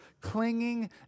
clinging